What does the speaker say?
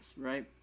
right